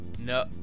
no